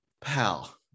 pal